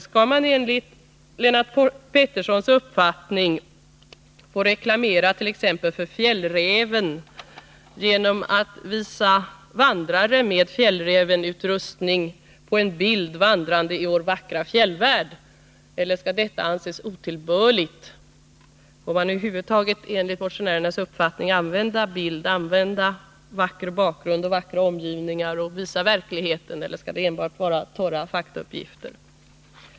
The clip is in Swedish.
Skall man enligt Lennart Peterssons uppfattning få göra reklam t.ex. för Fjällräven genom att på en bild av vår vackra fjällvärld visa vandrare med Fjällrävenutrustning, eller skall detta anses otillbörligt? Får man enligt motionärernas uppfattning över huvud taget använda bilder från verkligheten som bakgrund, med vacker omgivning osv., eller skall det enbart få lämnas torra faktauppgifter?